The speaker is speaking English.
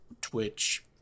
Twitch